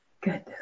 Good